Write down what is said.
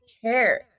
care